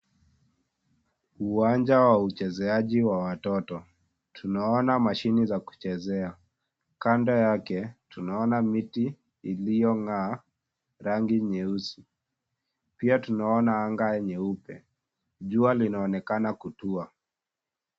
Uwanja wa uchezeaji wa watoto, tunaona mashini za kuchezea, kando yake tunaona miti iliyongaa rangi nyeusi, pia tunaona anga nyeupe, jua linaonekana kutua.